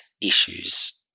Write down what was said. issues